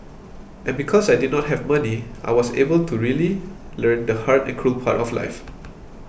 and because I did not have money I was able to really learn the hard and cruel part of life